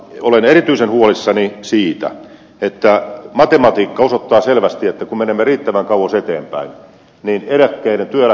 olen erityisen huolissani siitä että matematiikka osoittaa selvästi että kun menemme riittävän kauas eteenpäin niin työeläkkeiden ostovoima supistuu